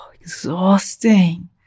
exhausting